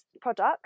product